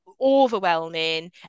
overwhelming